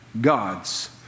gods